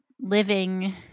living